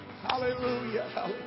Hallelujah